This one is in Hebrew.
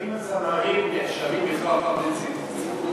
האם הזמרים נחשבים בכלל עובדי ציבור?